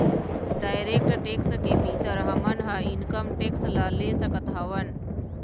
direct tax के भीतर हमन ह इनकम टेक्स ल ले सकत हवँन